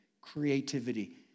creativity